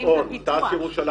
תע"ש גבעון, תע"ש ירושלים.